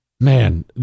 man